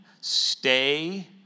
stay